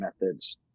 methods